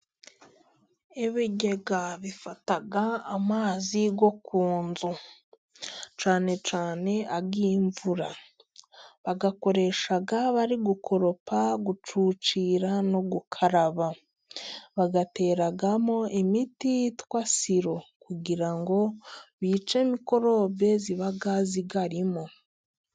Ibigega bifata amazi yo ku inzu cyane cyane ayo imvura. Bayakoresha bari gukoropa, gucucira no gukaraba. Bayateramo imiti yitwa siro kugira ngo bice mikorobe ziba zirimo.